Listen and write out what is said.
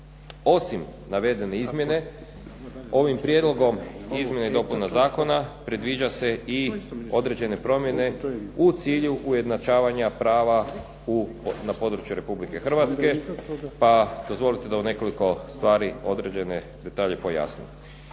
Osim navedene izmjene, ovim prijedlogom izmjene i dopuna zakona predviđa se i određene promjene u cilju ujednačavanja prava na području RH pa dozvolite da u nekoliko stvari određene detalje pojasnim.